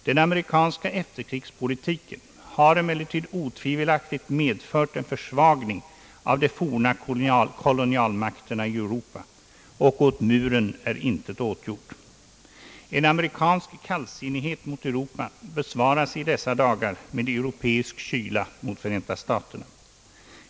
Den amerikanska efterkrigspolitiken har emellertid otvivelaktigt medfört en försvagning av de forna kolonialmakterna i Europa, och åt muren är intet åtgjort. En amerikansk kallsinnighet mot Europa besvaras i dessa dagar med europeisk kyla mot Förenta staterna.